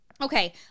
Okay